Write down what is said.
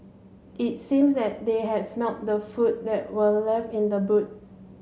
it seemed that they had smelt the food that were left in the boot